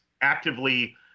actively